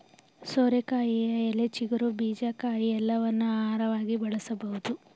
ಸೋರೆಕಾಯಿಯ ಎಲೆ, ಚಿಗುರು, ಬೀಜ, ಕಾಯಿ ಎಲ್ಲವನ್ನೂ ಆಹಾರವಾಗಿ ಬಳಸಬೋದು